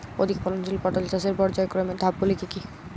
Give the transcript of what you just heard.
অধিক ফলনশীল পটল চাষের পর্যায়ক্রমিক ধাপগুলি কি কি?